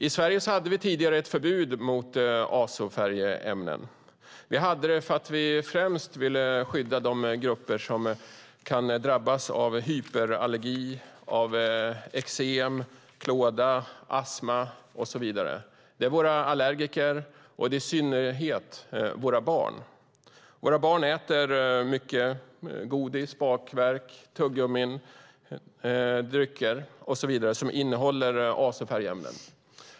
I Sverige hade vi tidigare ett förbud mot azofärgämnen för att vi ville skydda de grupper som kan drabbas av hyperallergi, eksem, klåda, astma och så vidare. Det är allergiker, i synnerhet barn. Våra barn äter mycket godis, bakverk och tuggummin och dricker drycker som innehåller azofärgämnen.